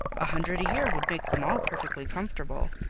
a hundred a year would make them all perfectly comfortable.